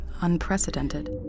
unprecedented